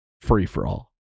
free-for-all